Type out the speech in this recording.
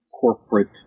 corporate